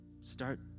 Start